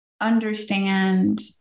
understand